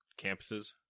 Campuses